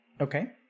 Okay